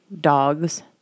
dogs